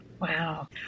Wow